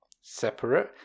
separate